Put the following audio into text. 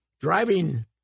driving